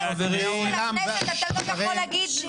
אתה לא יכול להגיד,